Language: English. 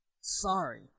Sorry